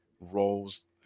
roles